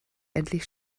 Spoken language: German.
endlich